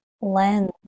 lens